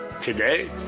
Today